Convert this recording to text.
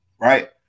Right